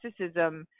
narcissism